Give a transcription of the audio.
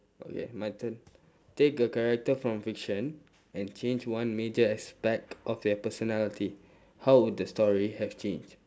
okay my turn take a character from fiction and change one major aspect of their personality how would the story have changed